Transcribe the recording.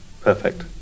Perfect